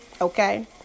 okay